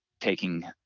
taking